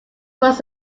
was